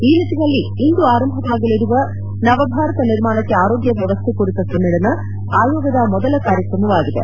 ಈ ನಿಟ್ಟಿನಲ್ಲಿ ಇಂದು ಆರಂಭವಾಗಲಿರುವ ನವ ಭಾರತ ನಿರ್ಮಾಣಕ್ಕೆ ಆರೋಗ್ಯ ವ್ಯವಸ್ಥೆ ಕುರಿತ ಸಮ್ಮೆಳನ ಆಯೋಗದ ಮೊದಲ ಕಾರ್ಯಕ್ರಮವಾಗಿದೆ